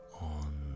on